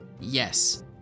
Yes